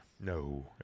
No